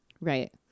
Right